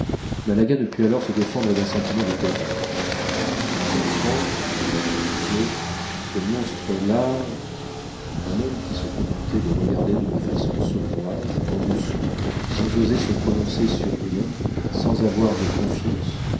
malaga ne put alors se défendre d'un sentiment de terreur mon enfant dit la chapuzot ce monstre-là un homme qui se contentait de regarder d'une façon sournoise en dessous sans oser se prononcer sur rien sans avoir de confiance